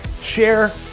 share